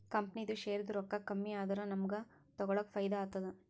ಕಂಪನಿದು ಶೇರ್ದು ರೊಕ್ಕಾ ಕಮ್ಮಿ ಆದೂರ ನಮುಗ್ಗ ತಗೊಳಕ್ ಫೈದಾ ಆತ್ತುದ